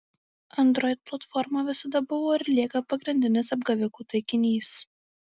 android platforma visada buvo ir lieka pagrindinis apgavikų taikinys